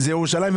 הישיבה נעולה.